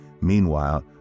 Meanwhile